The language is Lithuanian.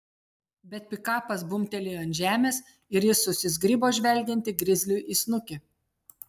bet pikapas bumbtelėjo ant žemės ir ji susizgribo žvelgianti grizliui į snukį